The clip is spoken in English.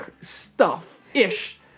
stuff-ish